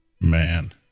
man